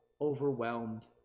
overwhelmed